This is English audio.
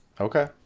Okay